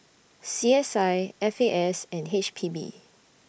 C S I F A S and H P B